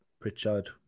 Pritchard